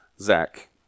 Zach